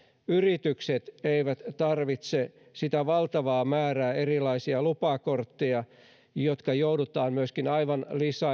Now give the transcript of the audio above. yritykset eivät tarvitse esimerkiksi sitä valtavaa määrää erilaisia lupakortteja jotka joudutaan myöskin aivan